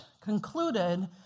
concluded